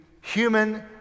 human